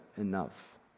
enough